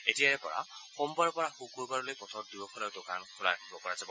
এতিয়াৰে পৰা সোমবাৰৰ পৰা শুকুৰবাৰলৈ পথৰ দুয়োফালৰ দোকান খোলা ৰাখিব পৰা যাব